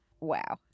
Wow